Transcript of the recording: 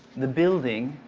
the building,